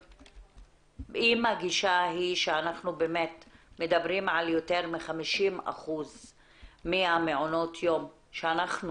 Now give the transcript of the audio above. אם הגישה היא שאנחנו באמת מדברים על יותר מ-50% מהמעונות יום שאנחנו